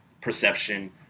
perception